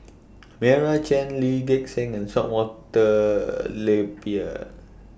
Meira Chand Lee Gek Seng and Some Walter Napier